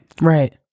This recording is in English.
Right